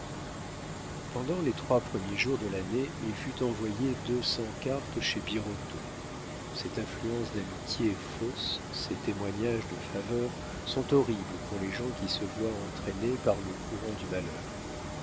pendant les trois premiers jours de l'année il fut envoyé deux cents cartes chez birotteau cette affluence d'amitiés fausses ces témoignages de faveur sont horribles pour les gens qui se voient entraînés par le courant du malheur